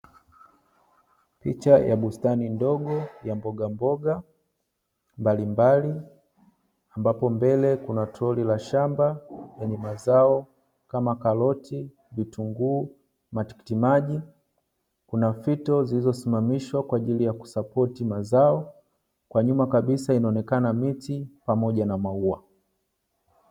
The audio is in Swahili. Picha ya bustani ndogo ya mboga mboga mbalimbali, ambapo mbele kuna toroli la shamba, lenye mazao kama karoti, vitunguu, matikiti maji, kuna fito zilizosimamishwa kwaajili ya kusapoti mazao. Kwa nyuma kabisa, inaonekana miti , pamoja na maua.